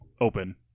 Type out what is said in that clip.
open